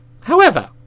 However